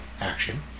action